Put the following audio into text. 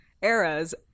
eras